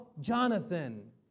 Jonathan